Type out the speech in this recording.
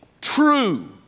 true